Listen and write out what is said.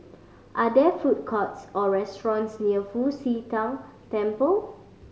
are there food courts or restaurants near Fu Xi Tang Temple